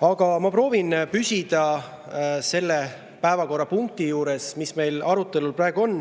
Ma proovin püsida selle päevakorrapunkti juures, mis meil praegu arutelul on: